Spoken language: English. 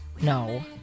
No